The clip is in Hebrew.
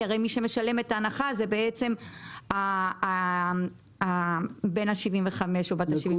כי הרי מי שמשלם את ההנחה זה בעצם בן ה-75 או בת ה-75 ומעלה.